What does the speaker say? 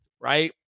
right